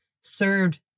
served